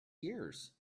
years